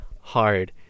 hard